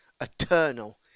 eternal